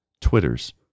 Twitters